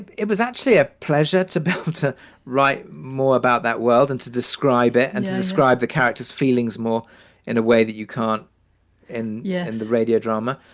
it it was actually a pleasure to be able to write more about that world and to describe it and to describe the character's feelings more in a way that you can't and yeah and the radio drama.